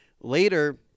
later